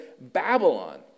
Babylon